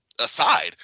aside